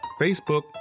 Facebook